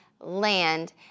land